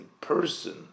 person